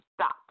stop